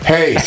Hey